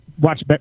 watch